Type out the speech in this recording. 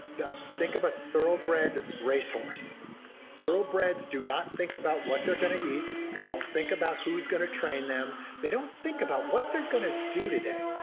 think of a thoroughbred racehorse thoroughbreds do not think about what they're going to eat. they don't think about who's going to train them. they don't think about what they're going to do today.